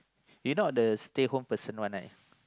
you not the stay home person one right